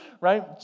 Right